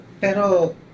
Pero